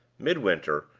midwinter,